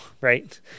Right